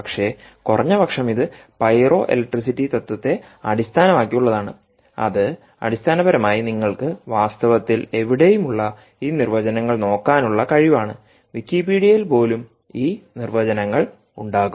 പക്ഷേ കുറഞ്ഞ പക്ഷം ഇത്പൈറോഇലക്ട്രിസിറ്റി തത്വത്തെ അടിസ്ഥാനമാക്കിയുള്ളതാണ് അത് അടിസ്ഥാനപരമായി നിങ്ങൾക്ക് വാസ്തവത്തിൽ എവിടെയും ഉള്ള ഈ നിർവചനങ്ങൾ നോക്കാനുള്ള കഴിവാണ്വിക്കിപീഡിയിൽ പോലും ഈ നിർവചനങ്ങൾ ഉണ്ടാകും